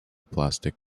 plastic